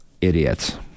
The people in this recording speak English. idiots